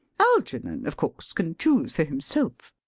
algernon, of course, can choose for himself.